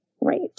Right